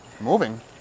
moving